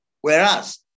Whereas